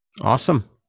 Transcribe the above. Awesome